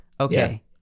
Okay